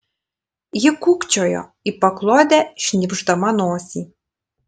ji kūkčiojo į paklodę šnypšdama nosį